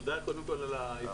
תודה על ההזדמנות